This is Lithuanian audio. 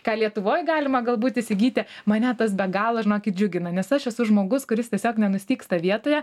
ką lietuvoj galima galbūt įsigyti mane tas be galo žinokit džiugina nes aš esu žmogus kuris tiesiog nenustygsta vietoje